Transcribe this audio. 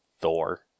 Thor